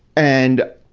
and,